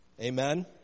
Amen